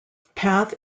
path